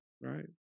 right